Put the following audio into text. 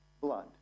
blood